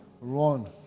run